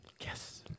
Yes